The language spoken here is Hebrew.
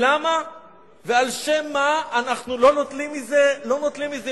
למה ועל שום מה אנחנו לא נוטלים מזה מס?